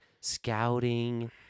scouting